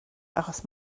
achos